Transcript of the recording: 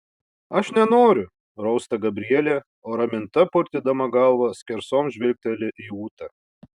aš nenoriu rausta gabrielė o raminta purtydama galvą skersom žvilgteli į ūtą